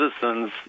citizens